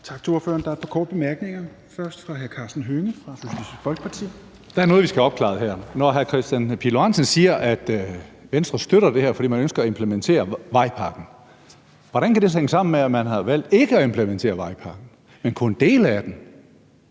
Der er et par korte bemærkninger, først fra hr. Karsten Hønge, Socialistisk Folkeparti. Kl. 16:42 Karsten Hønge (SF): Der er noget her, vi skal have opklaret. Når hr. Kristian Pihl Lorentzen siger, at Venstre støtter det her, fordi man ønsker at implementere vejpakken, hvordan kan det så hænge sammen med, at man har valgt ikke at implementere hele vejpakken, men kun dele af den?